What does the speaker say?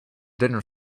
dinner